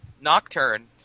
Nocturne